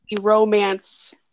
romance